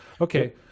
okay